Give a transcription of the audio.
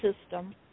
system